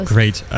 Great